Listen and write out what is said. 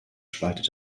spaltet